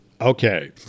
Okay